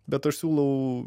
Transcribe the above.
bet aš siūlau